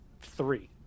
three